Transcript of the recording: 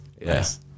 yes